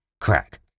Crack